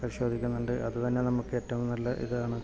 പരിശോധിക്കുന്നുണ്ട് അതുതന്നെ നമുക്ക് ഏറ്റവും നല്ല ഇതാണ്